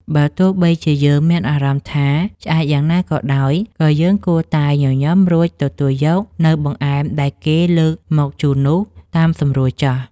បើទោះបីជាយើងមានអារម្មណ៍ថា ឆ្អែតយ៉ាងណាក៏ដោយ ក៏យើងគួរតែញញឹមរួចទទួលយកនូវបង្អែមដែលគេលើកមកជូននោះតាមសម្រួលចុះ។